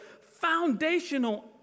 foundational